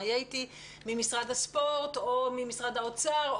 ממשרד האוצר,